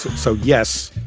so, yes,